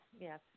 Yes